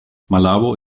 malabo